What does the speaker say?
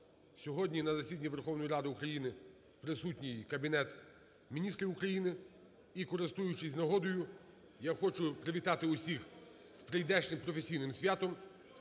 Сьогодні на засіданні Верховної Ради України присутній Кабінет Міністрів України. І, користуючись нагодою, я хочу привітати всіх з прийдешнім професійним святом,